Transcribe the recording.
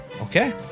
Okay